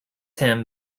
him